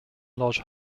lodge